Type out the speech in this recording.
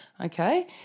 Okay